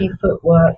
footwork